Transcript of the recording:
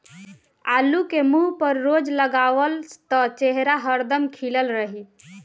आलू के मुंह पर रोज लगावअ त चेहरा हरदम खिलल रही